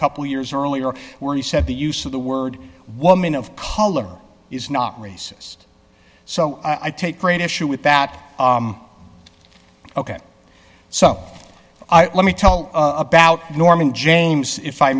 couple years earlier when he said the use of the word woman of color is not racist so i take great issue with that ok so let me tell about norman james if i